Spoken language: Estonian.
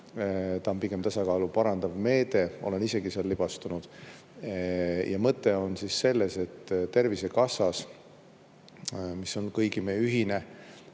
ta on pigem tasakaalu parandav meede, olen isegi seal libastunud. Mõte on selles, et Tervisekassast, mis on kõigi meie ühine